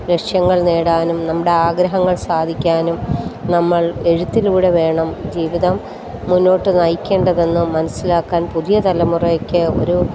ലക്ഷ്യങ്ങൾ നേടാനും നമ്മുടെ ആഗ്രഹങ്ങൾ സാധിക്കാനും നമ്മൾ എഴുത്തിലൂടെ വേണം ജീവിതം മുന്നോട്ട് നയിക്കേണ്ടതെന്നും മൻസ്സിലാക്കാൻ പുതിയ തലമുറയ്ക്ക് ഒരു